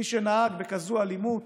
מי שנהג בכזאת אלימות,